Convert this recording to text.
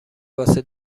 واسه